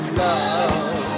love